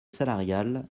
salariale